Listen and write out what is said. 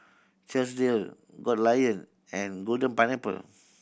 Chesdale Goldlion and Golden Pineapple